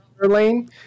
lane